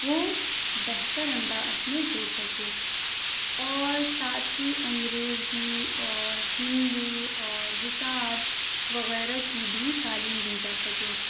وہ بہتر انداز میں ہو سکے اور ساتھ ہی انگریزی اور ہندی اور حساب وغیرہ کی بھی تعلیم دی جا سکے